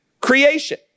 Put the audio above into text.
creation